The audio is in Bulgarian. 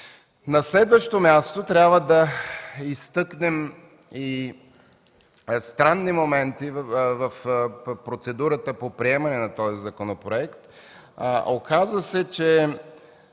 На следващо място, трябва да изтъкнем и странни моменти в процедурата по приемане на този законопроект. Оказва се, че